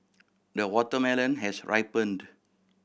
the watermelon has ripened